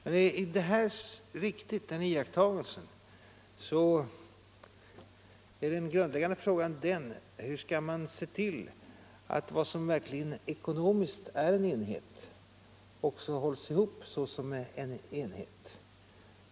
Är denna iakttagelse riktig är den grundläggande frågan: Hur skall man se till att vad som ekonomiskt är en enhet också hålls ihop såsom en enhet?